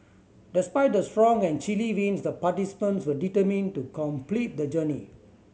despite the strong and chilly winds the participants were determined to complete the journey